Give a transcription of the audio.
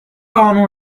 قانون